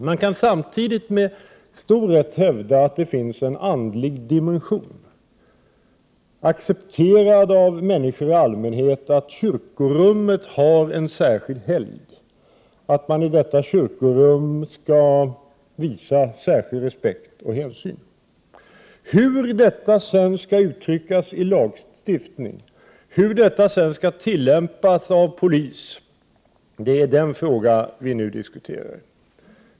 Man kan samtidigt med stor rätt hävda att det finns en andlig dimension som är accepterad av människor i allmänhet, nämligen att kyrkorummet har en särskild helgd och att man i detta kyrkorum skall visa särskild respekt och hänsyn. Den fråga vi nu diskuterar är hur detta skall uttryckas i lagstiftning och tillämpas av polis.